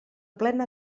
plena